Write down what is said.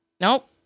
nope